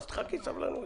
אז תחכי, סבלנות.